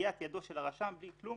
נגיעת ידו של הרשם, בלי כלום